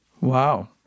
Wow